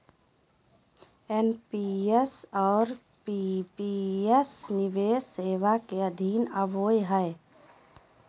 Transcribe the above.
NPS और PPS निवेश सेवा के अधीन आवो हय